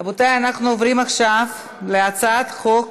רבותי, אנחנו עוברים עכשיו להצעת חוק